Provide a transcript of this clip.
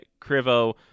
Crivo